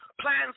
plans